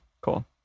Cool